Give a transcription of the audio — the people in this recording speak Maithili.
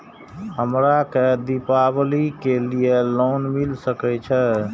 हमरा के दीपावली के लीऐ लोन मिल सके छे?